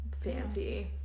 fancy